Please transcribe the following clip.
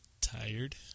Tired